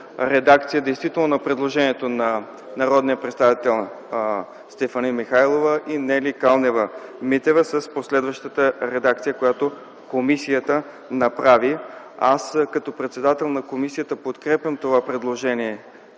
редакция действително на предложението на народните представители Стефани Михайлова и Нели Калнева-Митева с последващата редакция, която комисията направи. Аз като председател на комисията подкрепям това предложение